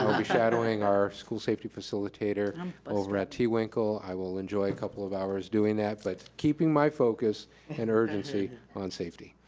i will be shadowing our school safety facilitator over at t-winkle, i will enjoy a couple of hours doing that, but keeping my focus and urgency on safety.